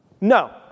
No